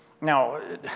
Now